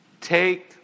Take